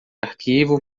arquivo